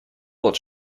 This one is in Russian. вот